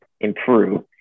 improve